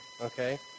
okay